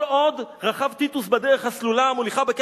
"כל עוד רכב טיטוס בדרך הסלולה המוליכה בקו